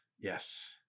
Yes